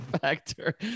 factor